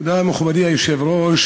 תודה, מכובדי היושב-ראש.